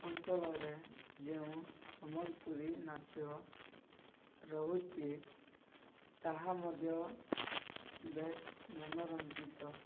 ଅଞ୍ଚଳରେ ଯେଉଁ ସମ୍ବଲପୁରୀ ନାଚ ରହୁଛି ତାହା ମଧ୍ୟ ବେଶ ମନୋରଞ୍ଜିତ